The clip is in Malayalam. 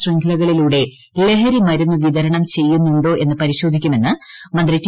ശൃംഖലകളിലൂടെ ലഹരിമരുന്ന് വിതരണം ചെയ്യുന്നുണ്ടോ എന്ന് പരിശോധിക്കുമെന്ന് മന്ത്രി ടി